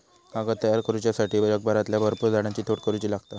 कागद तयार करुच्यासाठी जगभरातल्या भरपुर झाडांची तोड करुची लागता